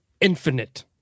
Infinite